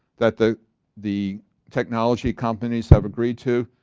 that the the technology companies have agreed to?